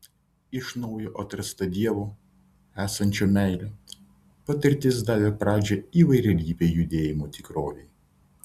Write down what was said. iš naujo atrasta dievo esančio meile patirtis davė pradžią įvairialypei judėjimo tikrovei